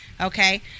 Okay